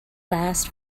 last